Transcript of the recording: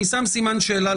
אני שם סימן שאלה.